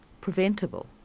preventable